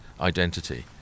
identity